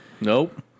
Nope